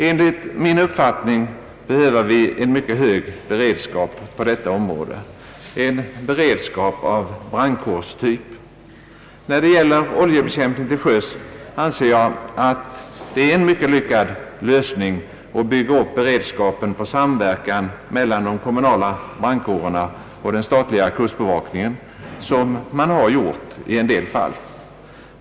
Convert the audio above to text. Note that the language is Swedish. Enligt min uppfattning behöver vi en mycket hög beredskap på detta område — en beredskap av »brandkårstyp». När det gäller oljebekämpning till sjöss anser jag att det är en mycket lyckad lösning att bygga upp beredskapen på samverkan mellan de kommunala brandkårerna och den statliga kustbevakningen som man har gjort i en del fall.